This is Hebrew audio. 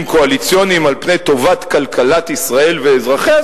קואליציוניים על פני טובת כלכלת ישראל ואזרחיה,